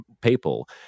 people